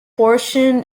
portion